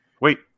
Wait